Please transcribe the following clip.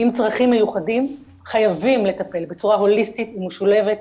עם צרכים מיוחדים חייבים לטפל בצורה הוליסטית ומשולבת,